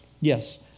yes